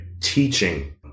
teaching